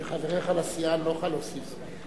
כשחבריך לסיעה, אני לא אוכל להוסיף זמן.